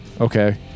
okay